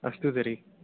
अस्तु तर्हि